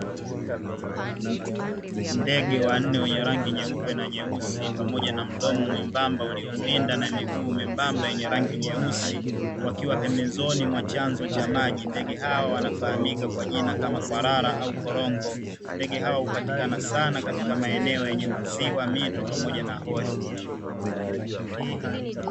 Ndege wanne wenye rangi nyeupe na nyeusi pamoja na mdomo mwembamba uliopinda na miguu miyembamba yenye rangi nyeusi wakiwa pembezoni mwa chanzo cha maji, Ndege hawa wanafahamika kwa jina kama kwalala au kolongo, ndege hawa hupatikana sana katika maeneo yenye maziwa mito pamoja na holi.